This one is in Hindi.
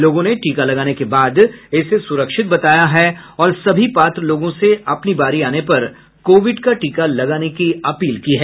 लोगों ने टीका लगाने के बाद इसे सुरक्षित बताया है और सभी पात्र लोगों से अपनी बारी आने पर कोविड का टीका लगाने की अपील की है